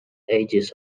edges